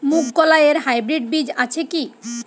মুগকলাই এর হাইব্রিড বীজ আছে কি?